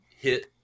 hit